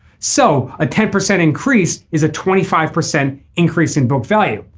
so a ten percent increase is a twenty five percent increase in book value.